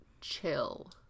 chill